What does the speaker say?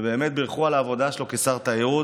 באמת בירכו על העבודה שלו כשר תיירות.